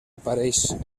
apareix